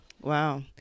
Wow